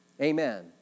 Amen